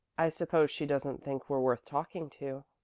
i suppose she doesn't think we're worth talking to,